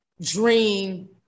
dream